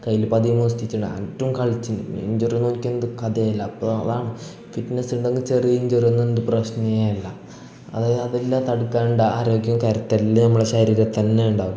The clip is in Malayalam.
കയ്യിൽ പതിമൂന്ന് സ്റ്റിച്ച് ഉണ്ടായി അൻട്ടു കളിച്ചിന് ഇഞ്ചൊറി ഒന്നൊനിക്ക് എന്ത് കഥേല്ല അപ്പോൾ അതാണ് ഫിറ്റ്നസ് ഉണ്ടെങ്കിൽ ചെറിയ ഇഞ്ചൊറി ഒന്നും പ്രശ്നമേ അല്ല അതായത് അതെല്ല തടുക്കാണ്ട ആരോഗ്യവും കരുത്തെല്ലാം നമ്മളെ ശരീരത്തന്നെ ഉണ്ടാവും